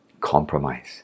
compromise